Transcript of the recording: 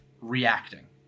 reacting